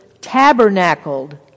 tabernacled